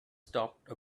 stopped